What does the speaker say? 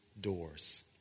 doors